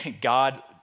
God